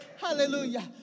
Hallelujah